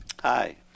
Hi